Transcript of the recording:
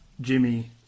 Jimmy